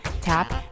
tap